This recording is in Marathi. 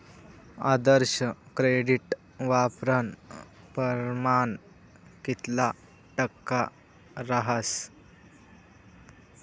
आदर्श क्रेडिट वापरानं परमाण कितला टक्का रहास